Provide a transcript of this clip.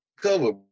cover